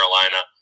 Carolina